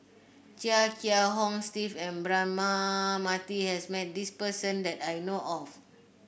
Chia Kiah Hong Steve and Braema Mathi has met this person that I know of